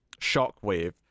Shockwave